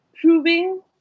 proving